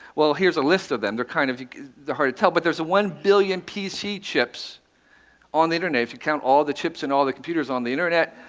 well, here's a list of them. they're kind of hard to tell, but there's one billion pc chips on the internet, if you count all the chips in all the computers on the internet.